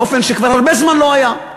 באופן שכבר הרבה זמן לא היה.